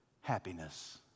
Happiness